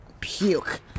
Puke